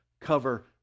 cover